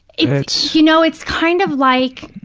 it's. you know, it's kind of like,